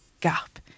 gap